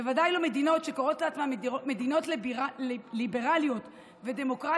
בוודאי לא מדינות שקוראות לעצמן מדינות ליברליות ודמוקרטיות,